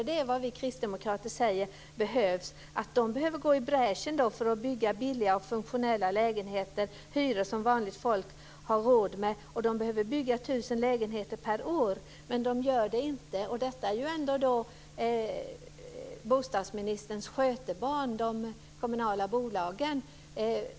Det är vad vi kristdemokrater säger behövs. De behöver gå i bräschen för att bygga billiga och funktionella lägenheter med hyror som vanligt folk har råd med. De behöver bygga 1 000 lägenheter per år, men de gör det inte, och de kommunala bolagen är ju ändå bostadsministern skötebarn.